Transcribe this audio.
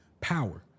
power